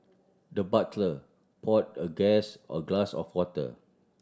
the butler poured a guest a glass of water